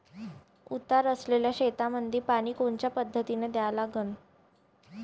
उतार असलेल्या शेतामंदी पानी कोनच्या पद्धतीने द्या लागन?